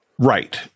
Right